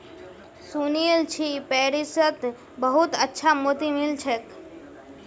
सुनील छि पेरिसत बहुत अच्छा मोति मिल छेक